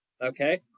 Okay